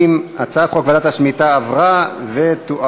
ההצעה להעביר את הצעת חוק ועדת שמיטה ממלכתית (תיקון,